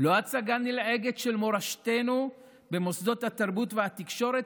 לא הצגה נלעגת של מורשתנו במוסדות התרבות והתקשורת,